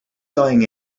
dying